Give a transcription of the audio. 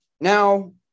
Now